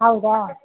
ಹೌದಾ